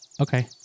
Okay